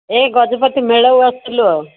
ଏ ଗଜପତି ମେଳାକୁ ଆସିଥିଲୁ ଆଉ